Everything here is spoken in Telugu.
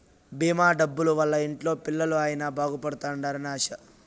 భీమా డబ్బుల వల్ల ఇంట్లో పిల్లలు అయిన బాగుపడుతారు అని ఆశ